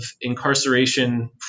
incarceration